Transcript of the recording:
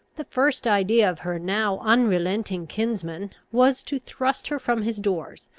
the first idea of her now unrelenting kinsman was to thrust her from his doors,